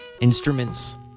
instruments